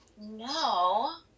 No